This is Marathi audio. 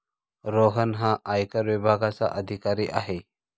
रोहन हा आयकर विभागाचा अधिकारी आहे